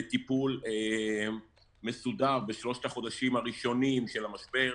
אנחנו קרובים לטיפול מסודר בשלושת החודשים הראשונים של המשבר,